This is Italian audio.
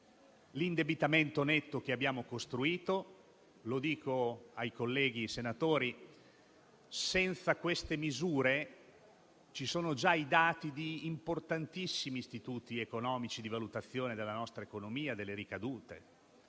l'indebitamento netto che abbiamo costruito. Lo dico ai colleghi senatori: senza queste misure, come già dimostrano i dati di importantissimi istituti economici di valutazione della nostra economia e delle ricadute